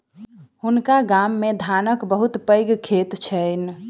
हुनका गाम मे धानक बहुत पैघ खेत छैन